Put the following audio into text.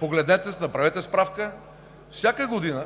погледнете, направете справка. Всяка година